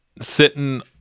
sitting